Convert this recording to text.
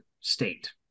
state